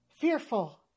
fearful